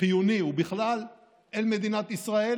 חיוני ובכלל אל מדינת ישראל,